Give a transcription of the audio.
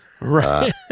Right